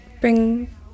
bring